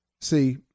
See